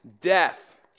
death